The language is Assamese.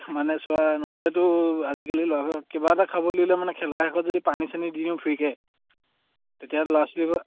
মানে চোৱা নহ'লেতো আজিকালি ল'ৰা কিবা এটা খাব দিলে মানে খেলাৰ শেষত যদি পানী চানী দিওঁ ফ্ৰিকে তেতিয়া ল'ৰা ছোৱালী